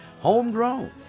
homegrown